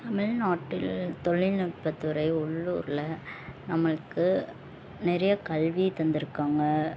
தமிழ்நாட்டில் தொழில்நுட்பத்துறை உள்ளூரில் நம்மளுக்கு நிறைய கல்வியை தந்திருக்காங்க